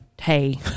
hey